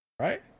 Right